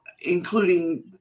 including